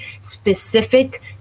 specific